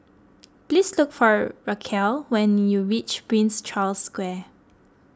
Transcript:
please look for Rachael when you reach Prince Charles Square